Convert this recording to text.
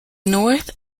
north